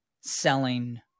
selling